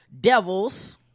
devils